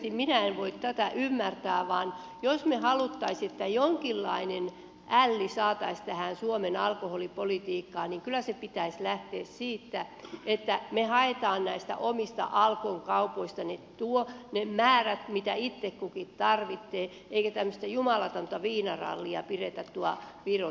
minä en voi tätä ymmärtää vaan jos me haluaisimme että jonkinlainen älli saataisiin tähän suomen alkoholipolitiikkaan niin kyllä sen pitäisi lähteä siitä että me haemme näistä omista alkon kaupoista ne määrät mitä itse kukin tarvitsee eikä tämmöistä jumalatonta viinarallia pidetä tuolla virossa